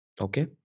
Okay